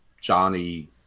Johnny